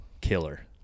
killer